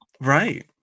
right